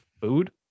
food